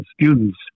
students